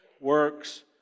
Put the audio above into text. works